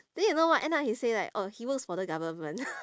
then you know what end up he say like oh he works for the government